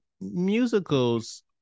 musicals